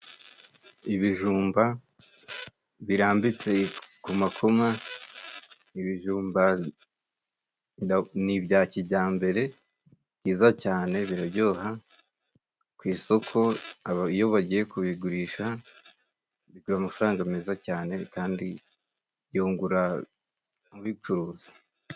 Ibijumba birambitse ku makoma. Ibijumba ni ibya kijyambere byiza cyane, biraryoha. Ku isoko iyo bagiye kubigurisha, bigira amafaranga meza cyane kandi byungura ubicuruza.